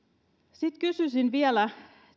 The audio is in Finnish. sitten kysyisin vielä